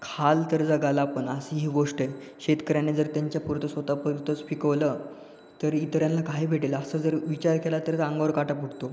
खाल तर जगाला पण अशी ही गोष्ट आहे शेतकऱ्याने जर त्यांच्यापुरतं स्वतःपुरतंच पिकवलं तर इतरांना काही भेटेल असं जर विचार केला तरच अंगावर काटा फुटतो